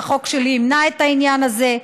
והחוק שלי ימנע את העניין הזה.